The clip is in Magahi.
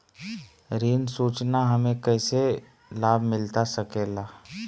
ऋण सूचना हमें कैसे लाभ मिलता सके ला?